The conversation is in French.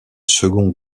second